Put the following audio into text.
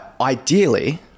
ideally